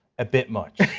a bit much.